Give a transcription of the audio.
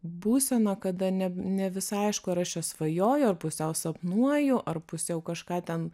būseną kada ne ne visai aišku ar aš svajoju ar pusiau sapnuoju ar pusiau kažką ten